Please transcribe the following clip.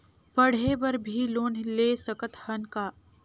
पढ़े बर भी लोन ले सकत हन का?